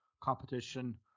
competition